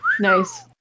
Nice